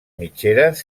mitgeres